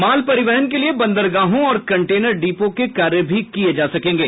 माल परिवहन के लिए बंदरगाहों और कंटेनर डिपो के कार्य भी किये जा सकेंगे